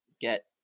get